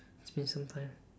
it's been some time